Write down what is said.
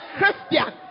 Christian